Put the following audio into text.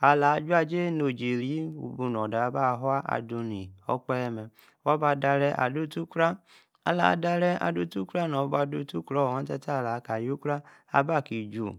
alaa-ajujay oji errie mee, waa bi odor odor aba-afuo aju no orkpehe mee nor buo diret aa, do tii- nikuro noomee aba aki-Jun.